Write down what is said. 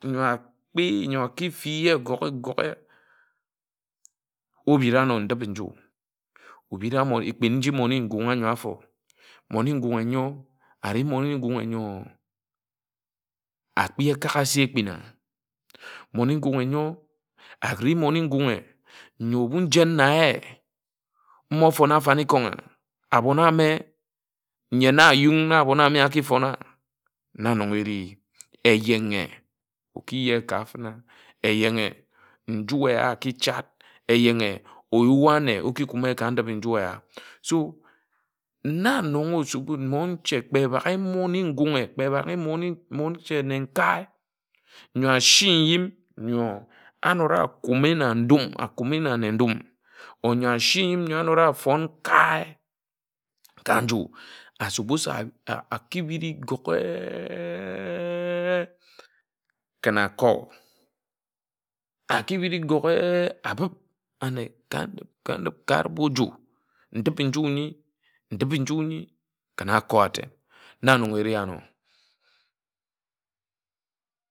Nyo a kpi nyo aki fi ye gȯghe obira ano ndip-i-nju obid a ekpin nji mmone ngunghe ányo áfor. Mmone ngunghe ńyo ari mmone ngunghe ngunghe nyo nno. Akpi ekak asi ekpin ammone ngunghe nyo ari mmone ngunghe nyo ebu njen na ye mmo foń afanikon̄ abon ame nyen ayún na abon ame aki fon̄ a na nnon eri eyenghe oki je ka finá eyenghe nju éya aki chad eyenghe oyua nne oki kume ka ndip-i-nju eya so na nnon oshu bún monche kpe bagha mmone-ngunghe kpe bagha monche nne-nkae ńyo ashi nyim n̄yo anod a kume na ndum a kume na nne ndum or ńyo ashi njim ńyi anód a foń nkae ka nju a surpose aki biri goghe. ken akor. AKi biri goghe. ábib ane ka ndip ka arip-oju ndip-i-nju ńyi ndip-i-nju nyi ken akor atem na nnon eri ano.